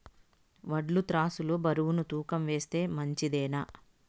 వడ్లు త్రాసు లో బరువును తూకం వేస్తే మంచిదేనా?